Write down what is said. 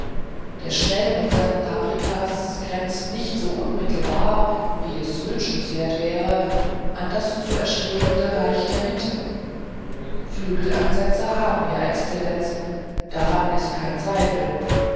der schnell mit seinen paprikas grenzt nicht so unmittelbar wie es wünschenswert wäre an das zu erstrebende reich der mitte flügelansätze haben ja exzellenz daran ist kein zweifel